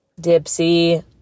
dipsy